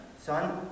son